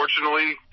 unfortunately